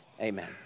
Amen